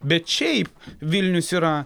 bet šiaip vilnius yra